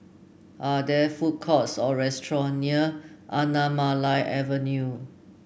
are there food courts or restaurant near Anamalai Avenue